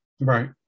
Right